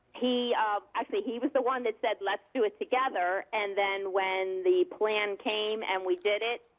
he actually he was the one that said let's do it together and then when the plan came and we did it,